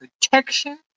protection